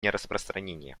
нераспространения